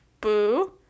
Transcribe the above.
boo